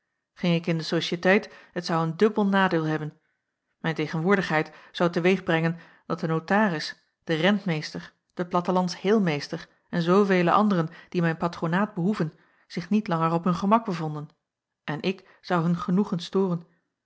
ging ik in de sociëteit t zou een dubbel nadeel hebben mijn tegenwoordigheid zou te weeg brengen dat de notaris de rentmeester de plattelands heelmeester en zoovele anderen die mijn patronaat behoeven zich niet langer op hun gemak bevonden en ik zou hun genoegen storen